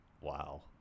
Wow